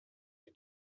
die